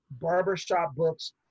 barbershopbooks